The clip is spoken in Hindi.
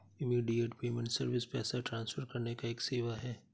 इमीडियेट पेमेंट सर्विस पैसा ट्रांसफर करने का एक सेवा है